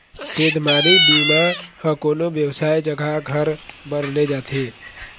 सेधमारी बीमा ह कोनो बेवसाय जघा घर बर ले जाथे